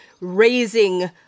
raising